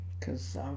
cause